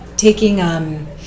taking